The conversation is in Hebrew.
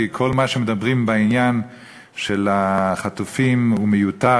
כי כל מה שמדברים בעניין של החטופים הוא מיותר,